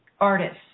artists